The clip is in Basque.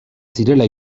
zirela